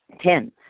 Ten